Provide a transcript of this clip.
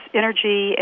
energy